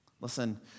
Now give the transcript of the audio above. Listen